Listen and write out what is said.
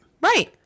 Right